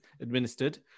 administered